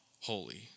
holy